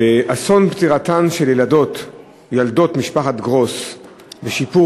אסון פטירתן של ילדות משפחת גרוס ושיפור